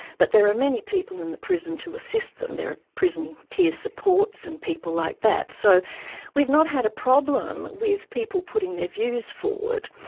but there are many people in the prison to assist them, there are prison peer supports and people like that, so we've not had a problem with people putting their views forward.